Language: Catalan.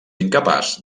incapaç